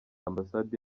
ambasade